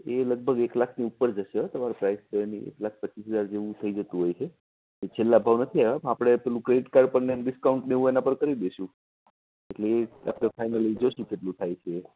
એ લગભગ એક લાખની ઉપર જશે હોં તમારી પ્રાઇસ એની એક લાખ પચીસ હજાર જેવું થઈ જતું હોય છે છેલ્લાં ભાવ નથી આવ્યાં આપણે પેલું ક્રેડિટ કાર્ડ પરને ડિસ્કાઉન્ટને એવું એના પર કરી દેશું એટલે એ આપણે ફાઇનલી જોઈશું કેટલું થાય છે એ